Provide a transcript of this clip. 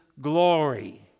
glory